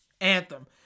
Anthem